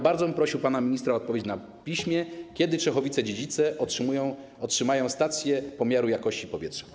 Bardzo bym prosił pana ministra o odpowiedź na piśmie, kiedy Czechowice-Dziedzice otrzymają stację pomiaru jakości powietrza.